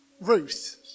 Ruth